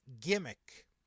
gimmick